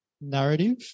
Narrative